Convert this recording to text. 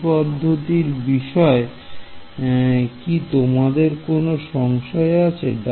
এই পদ্ধতির বিষয় কি তোমাদের কোনো সংশয় আছে